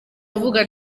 avuga